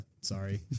sorry